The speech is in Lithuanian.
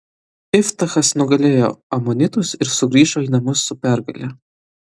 iftachas nugalėjo amonitus ir sugrįžo į namus su pergale